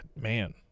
Man